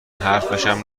حرفشم